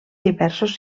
diversos